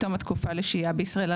מתום התקופה לשהייה בישראל,